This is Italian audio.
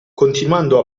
continuando